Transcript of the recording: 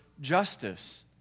justice